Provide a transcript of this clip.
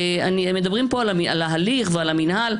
מדברים פה על ההליך ועל המינהל.